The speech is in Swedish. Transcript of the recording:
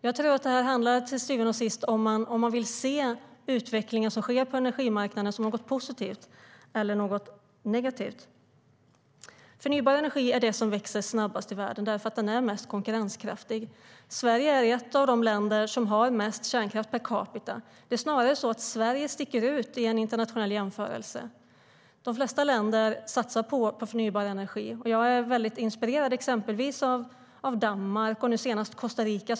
Till syvende och sist handlar det om ifall man vill se den utveckling som sker på energimarknaden som något positivt eller som något negativt. Förnybar energi är det som växer snabbast i världen, eftersom den är mest konkurrenskraftig. Sverige är ett av de länder som har mest kärnkraft per capita. Sverige sticker snarast ut i en internationell jämförelse. De flesta länder satsar på förnybar energi, och jag är väldigt inspirerad exempelvis av Danmark och nu senast av Costa Rica.